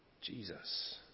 Jesus